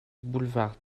boulevard